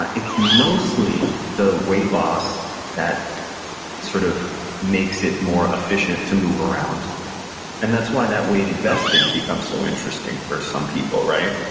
it's mostly the weight loss that sort of makes it more efficient to move around and that's why that weighted vest thing becomes so interesting for some people, right.